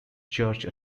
church